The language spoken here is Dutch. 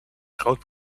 groot